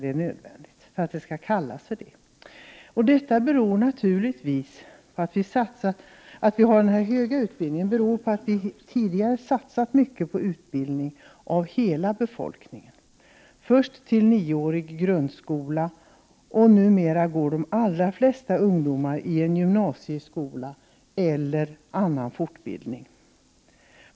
Att vi har så hög utbildning beror naturligtvis på att vi tidigare satsat mycket på utbildning av hela befolkningen. Först fick vi 9-årig grundskola, och numera går de allra flesta ungdomar i en gymnasieskola eller får någon annan fortbildning.